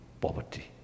poverty